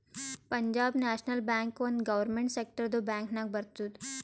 Punjab National Bank ಒಂದ್ government ಸೆಕ್ಟರ್ದು bank ನಾಗ್ ಬರ್ತುದ್